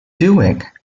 doing